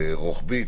רחבית,